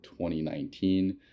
2019